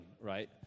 right